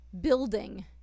building